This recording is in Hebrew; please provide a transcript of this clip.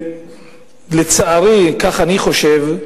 ולצערי, כך אני חושב,